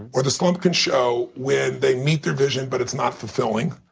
or the slump can show when they meet their vision but it's not fulfilling.